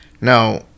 Now